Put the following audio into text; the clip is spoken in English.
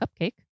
cupcake